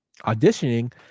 auditioning